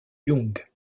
young